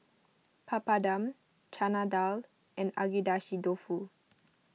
Papadum Chana Dal and Agedashi Dofu